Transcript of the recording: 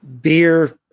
beer